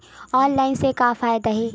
Online से का फ़ायदा हे?